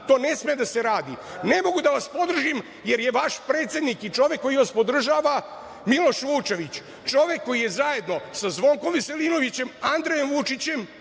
to ne sme da se radi. Ne mogu da vas podržim, jer je vaš predsednik i čovek koji vas podržava Miloš Vučević, čovek koji je zajedno sa Zvonkom Veselinovićem, Andrejem Vučićem